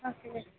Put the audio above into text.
okay